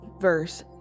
verse